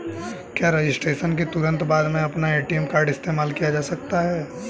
क्या रजिस्ट्रेशन के तुरंत बाद में अपना ए.टी.एम कार्ड इस्तेमाल किया जा सकता है?